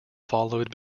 followed